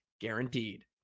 guaranteed